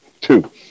two